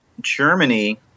Germany